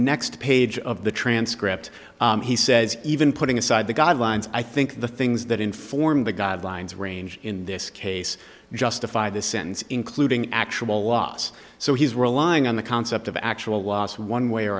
next page of the transcript he says even putting aside the guidelines i think the things that inform the guidelines range in this case justify the sentence including actual loss so he's relying on the concept of actual loss one way or